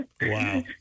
Wow